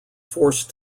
forced